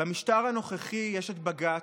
במשטר הנוכחי יש את בג"ץ,